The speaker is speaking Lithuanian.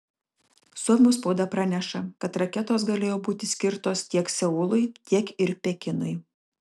suomių spauda praneša kad raketos galėjo būti skirtos tiek seului tiek ir pekinui